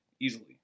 Easily